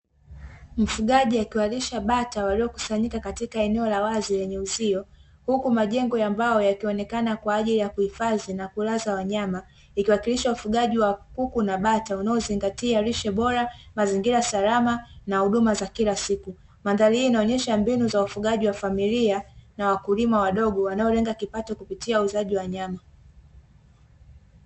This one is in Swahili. Mfugaji akiwalisha bata waliokusanyika katika eneo la wazi lenye uzio, huku majengo ya mbao yanaonekana kwa ajili ya kuhifadhi na kulaza wanyama, ikiwakilisha ufugaji wa kuku na bata unaozingatia lishe bora, mazingira salama na huduma za kila siku. Mandhari hii inaonyesha mbinu za ufugaji wa familia na wakulima wadogo wanaolenga kipato kupitia uuzaji wa nyama.